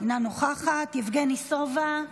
אינה נוכחת, חבר הכנסת יבגני סובה,